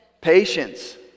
Patience